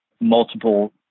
multiple